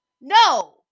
No